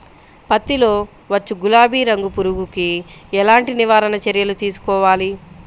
పత్తిలో వచ్చు గులాబీ రంగు పురుగుకి ఎలాంటి నివారణ చర్యలు తీసుకోవాలి?